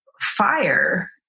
fire